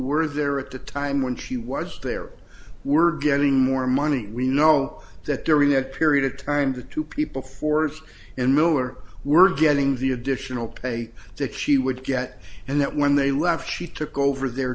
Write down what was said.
were there at the time when she was there were getting more money we know that during that period of time the two people fourth and miller were getting the additional pay that she would get and that when they left she took over their